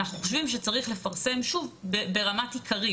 אנחנו חושבים שצריך לפרסם ברמת עיקרים,